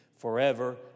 forever